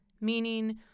Meaning